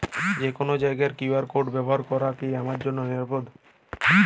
যে কোনো জায়গার কিউ.আর কোড ব্যবহার করা কি আমার জন্য নিরাপদ?